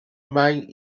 mine